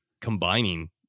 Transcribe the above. combining